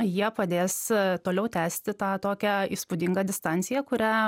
jie padės toliau tęsti tą tokią įspūdingą distanciją kurią